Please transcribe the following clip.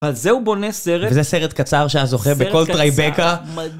אז זהו בונה סרט, וזה סרט קצר שהיה זוכה בכל טרייבקה